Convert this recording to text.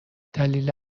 دلیل